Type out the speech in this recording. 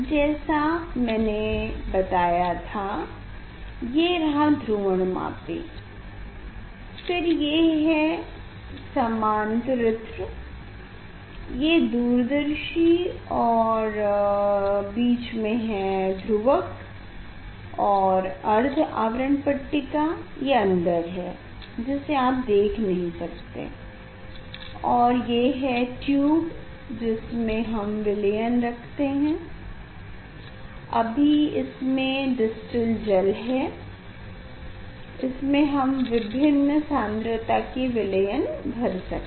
जैसा मेने बातया था ये रहा ध्रुवणमापी फिर ये है समांतरित्र ये दूरदर्शी और बीच में है ध्रुवक और अर्ध आवरण पट्टिका ये अंदर है जिसे आप देख नहीं सकते और ये है ट्यूब जिसमे हम विलयन रखते हैं अभी इसमे डिस्टिलड जल है इसमें हम विभिन्न सांद्रता के विलयन भर सकते हैं